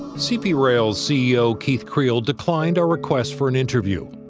cp rail's ceo, keith creel declined our request for an interview.